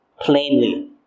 plainly